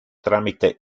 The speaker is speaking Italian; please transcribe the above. tramite